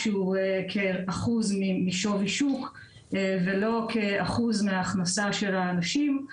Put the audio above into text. שהוא כאחוז משווי שוק ולא כאחוז מהכנסה של האנשים.